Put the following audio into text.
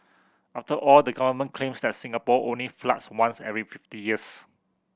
after all the government claims that Singapore only floods once every fifty years